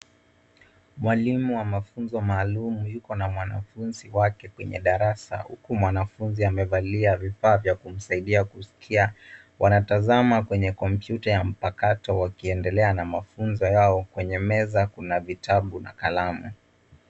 Mwalimu wa mafunzo maalumu yuko na mwanafunzi wake kwenye darasa, huku mwanafunzi amevalia vifaa vya kumsaidia kusikia. Wanatazama kwenye kompyuta ya mpakato wakiendelea na mafunzo yao. Kwenye meza kuna vitabu na kalamu.